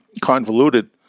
convoluted